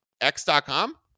x.com